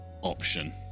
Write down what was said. option